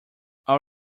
all